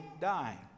dying